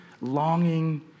longing